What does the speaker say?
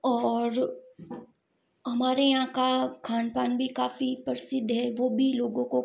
और हमारे हमारे यहाँ का खान पान भी काफ़ी प्रसिद्ध है वो भी लोगों को